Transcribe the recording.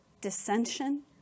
dissension